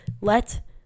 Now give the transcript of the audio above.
let